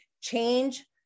change